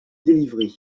délivrer